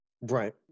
Right